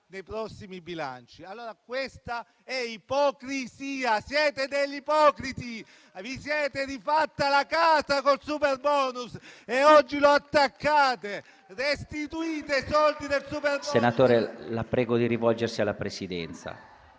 Senatore Trevisi, la prego di rivolgersi alla Presidenza.